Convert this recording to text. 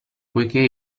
poiché